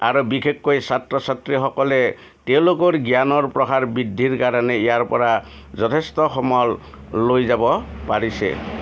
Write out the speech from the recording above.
আৰু বিশেষকৈ ছাত্ৰ ছাত্ৰীসকলে তেওঁলোকৰ জ্ঞানৰ প্ৰসাৰ বৃদ্ধিৰ কাৰণে ইয়াৰ পৰা যথেষ্ট সমল লৈ যাব পাৰিছে